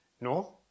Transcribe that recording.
No